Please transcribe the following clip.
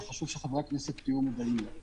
שחשוב שחברי הכנסת יהיו מודעים לה: